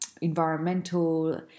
environmental